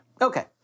Okay